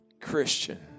Christian